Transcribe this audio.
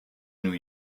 new